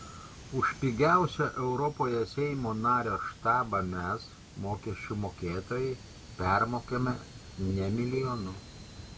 už pigiausią europoje seimo nario štabą mes mokesčių mokėtojai permokame ne milijonu